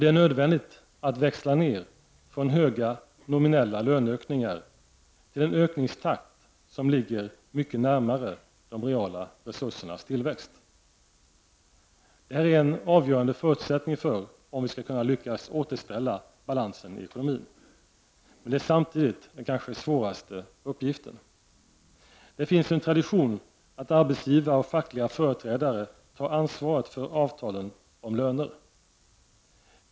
Det är nödvändigt att växla ner från höga nominella löneökningar till en ökningstakt som ligger mycket närmare de reala resursernas tillväxt. Detta är en avgörande förutsättning för om vi skall kunna lyckas återställa balansen i ekonomin. Men det är samtidigt den svåraste uppgiften. Det finns en tradition att arbetsgivare och fackliga företrädare tar ansvaret för avtalen om löner.